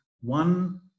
One